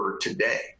today